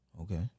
Okay